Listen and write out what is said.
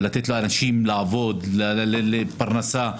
ולתת לאנשים לעבוד לפרנסה.